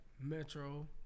Metro